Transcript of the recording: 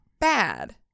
bad